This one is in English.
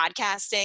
podcasting